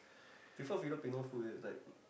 prefer Filipino food leh it's like